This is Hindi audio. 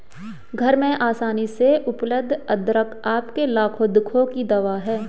घर में आसानी से उपलब्ध अदरक आपके लाखों दुखों की दवा है